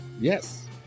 Yes